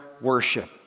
worship